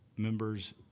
members